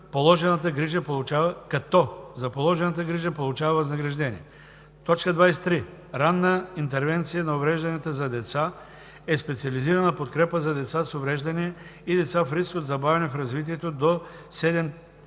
положената грижа получава възнаграждение. 23. „Ранна интервенция на уврежданията за деца“ е специализирана подкрепа за деца с увреждания и деца в риск от забавяне в развитието до